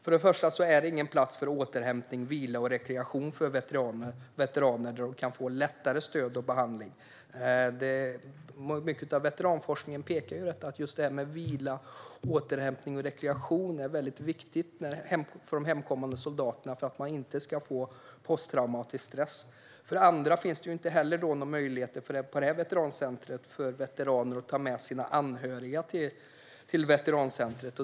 För det första är det ingen plats för återhämtning, vila och rekreation för veteraner där de kan få lättare stöd och behandling. Mycket av veteranforskningen pekar på att just vila, återhämtning och rekreation är viktigt för de hemkommande soldaterna så att de inte får posttraumatisk stress. För det andra finns det inte heller någon möjlighet för veteraner att ta med sig sina anhöriga till detta veterancenter.